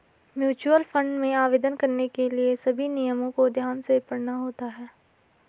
mutual fund में आवेदन करने के लिए सभी नियमों को ध्यान से पढ़ना होता है